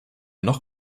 noch